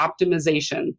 optimization